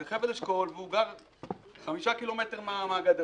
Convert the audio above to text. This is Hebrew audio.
זה חבל אשכול, והוא חמישה ק"מ מהגדר.